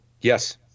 Yes